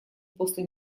после